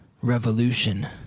revolution